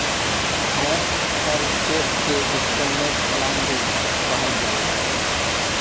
hire purchase के instalment plan भी कहल जाला